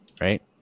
right